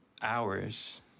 Hours